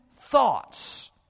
thoughts